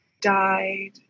died